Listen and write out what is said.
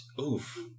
Oof